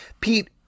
Pete